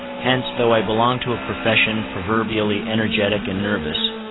hence, though i belong to a profession proverbially energetic and nervous,